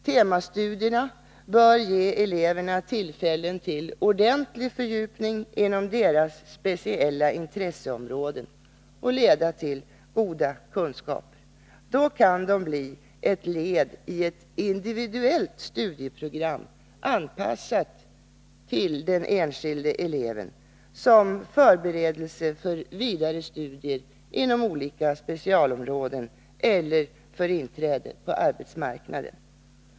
Temastudierna bör ge eleverna tillfällen till ordentlig fördjupning inom deras speciella intresseområden och leda till goda kunskaper. Då kan de bli ett led i ett individuellt studieprogram anpassat till den enskilde eleven som förberedelse för vidare studier inom olika specialområden eller för inträde på arbetsmarknaden.